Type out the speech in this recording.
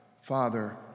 Father